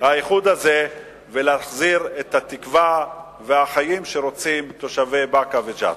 האיחוד הזה ולהחזיר את התקווה ואת החיים שרוצים תושבי באקה וג'ת.